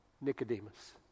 Nicodemus